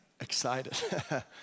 excited